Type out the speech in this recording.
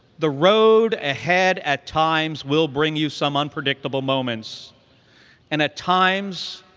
the road ahead at times will bring you some unpredictable moments and at times,